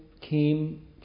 came